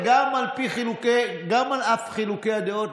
על אף חילוקי הדעות,